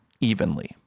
evenly